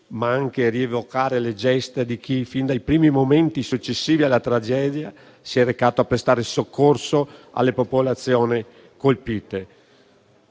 ma anche rievocare le gesta di chi, fin dai primi momenti successivi alla tragedia, si è recato a prestare soccorso alle popolazioni colpite.